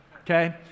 okay